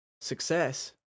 success